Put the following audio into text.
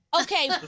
Okay